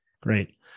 great